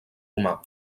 romà